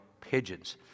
pigeons